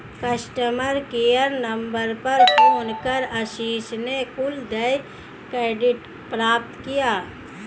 customer care number पर phone कर आशीष ने कुल देय क्रेडिट प्राप्त किया